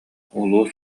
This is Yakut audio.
улуус